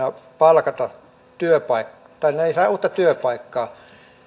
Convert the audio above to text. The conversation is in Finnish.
palkata tai he eivät saa uutta työpaikkaa